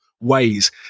ways